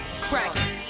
Crack